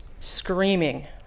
Screaming